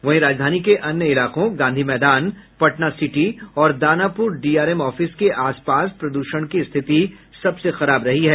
वहीं राजधानी के अन्य इलाकों गांधी मैदान पटनासिटी और दानापुर डीआरएम ऑफिस के आस पास प्रदूषण की स्थिति सबसे खराब रही है